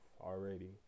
already